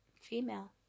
Female